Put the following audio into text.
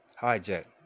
hijack